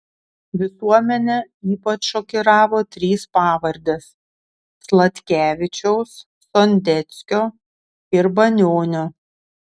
visuomenę ypač šokiravo trys pavardės sladkevičiaus sondeckio ir banionio